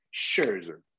Scherzer